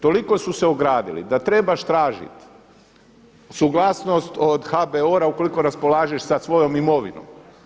Toliko su se ogradili da trebaš tražit suglasnost od HBOR-a ukoliko raspolažeš sa svojom imovinom.